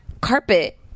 carpet